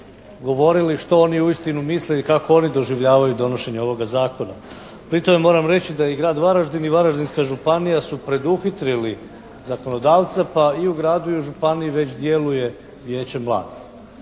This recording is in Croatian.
govorili što oni uistinu misle i kako oni doživljavaju donošenje ovoga zakona. Pri tome moram reći da i grad Varaždin i Varaždinska županija su preduhitrili zakonodavce pa i u gradu i u županiji već djeluje vijeće mladih.